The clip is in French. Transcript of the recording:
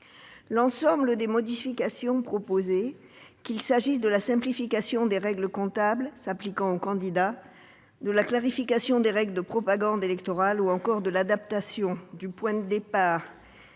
L'ensemble des modifications proposées, qu'il s'agisse de la simplification des règles comptables s'appliquant aux candidats, de la clarification des règles de propagande électorale ou encore de l'adaptation du point de départ des